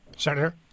Senator